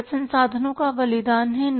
लागत संसाधनों का बलिदान है